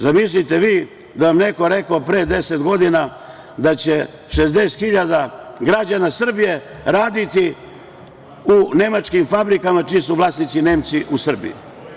Zamislite vi da nam je neko rekao pre 10 godina da će 60.000 građana Srbije raditi u nemačkim fabrikama čiji su vlasnici Nemci u Srbiji.